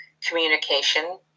communication